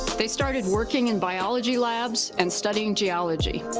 they started working in biology labs, and studying geology.